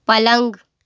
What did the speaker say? पलंग